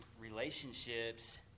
relationships